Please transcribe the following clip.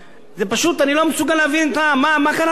פשוט, אני לא מסוגל להבין מה קרה לכם.